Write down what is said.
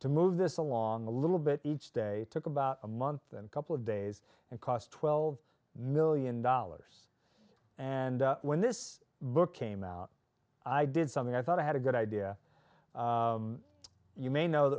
to move this along a little bit each day took about a month and a couple of days and cost twelve million dollars and when this book came out i did something i thought i had a good idea you may know